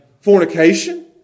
Fornication